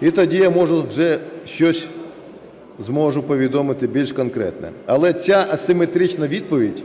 і тоді я зможу вже щось повідомити більш конкретно. Але ця асиметрична відповідь,